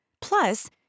Plus